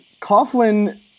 Coughlin